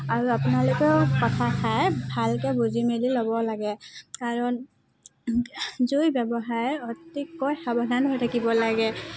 আৰু আপোনালোকেও কথাষাৰ ভালকৈ বুজি মেলি ল'ব লাগে কাৰণ জুই ব্যৱহাৰ অতিকৈ সাৱধান হৈ থাকিব লাগে